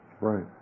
Right